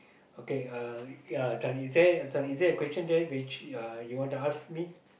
okay uh yeah this one is there this one is there a question there which uh you wanna ask me